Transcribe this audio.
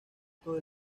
todo